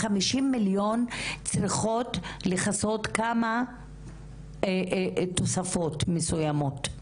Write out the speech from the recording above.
ה-50 מיליון צריכים לכסות כמה תוספות מסוימות?